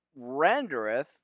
rendereth